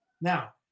Now